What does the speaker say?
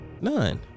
None